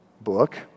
book